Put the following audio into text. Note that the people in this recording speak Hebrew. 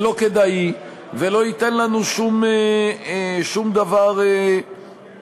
ולא כדאי, ולא ייתן לנו שום דבר מועיל.